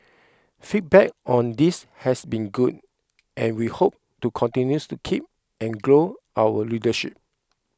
feedback on this has been good and we hope to continues to keep and grow our readership